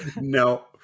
No